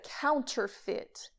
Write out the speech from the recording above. counterfeit